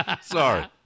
Sorry